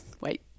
wait